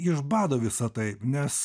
iš bado visa tai nes